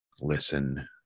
listen